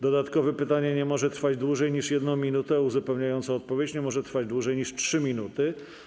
Dodatkowe pytanie nie może trwać dłużej niż 1 minutę, a uzupełniająca odpowiedź nie może trwać dłużej niż 3 minuty.